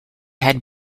had